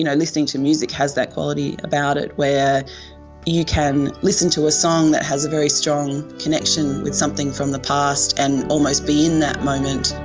you know listening to music has that quality about it, where you can listen to a song that has a very strong connection with something from the past and almost be in that moment.